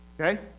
Okay